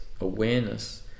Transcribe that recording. awareness